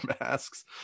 masks